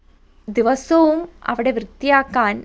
ദിവസവും അവിടെ വൃത്തിയാക്കാൻ